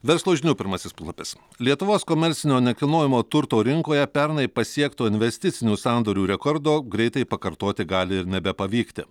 verslo žinių pirmasis puslapis lietuvos komercinio nekilnojamo turto rinkoje pernai pasiekto investicinių sandorių rekordo greitai pakartoti gali ir nebepavykti